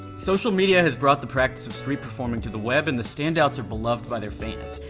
social media has brought the practice of street performing to the web and the stand-outs are beloved by their fans.